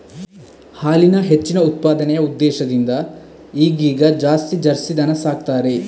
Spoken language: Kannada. ಹಾಲಿನ ಹೆಚ್ಚಿನ ಉತ್ಪಾದನೆಯ ಉದ್ದೇಶದಿಂದ ಈಗೀಗ ಜಾಸ್ತಿ ಜರ್ಸಿ ದನ ಸಾಕ್ತಾರೆ